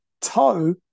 toe